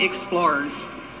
explorers